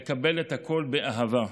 לקבל את הכול באהבה,